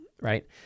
right